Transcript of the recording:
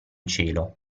cielo